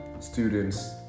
students